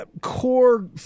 core